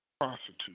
prostitute